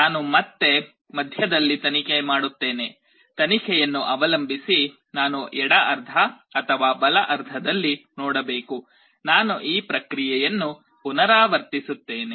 ನಾನು ಮತ್ತೆ ಮಧ್ಯದಲ್ಲಿ ತನಿಖೆ ಮಾಡುತ್ತೇನೆ ತನಿಖೆಯನ್ನು ಅವಲಂಬಿಸಿ ನಾನು ಎಡ ಅರ್ಧ ಅಥವಾ ಬಲ ಅರ್ಧದಲ್ಲಿ ನೋಡಬೇಕು ನಾನು ಈ ಪ್ರಕ್ರಿಯೆಯನ್ನು ಪುನರಾವರ್ತಿಸುತ್ತೇನೆ